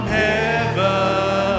heaven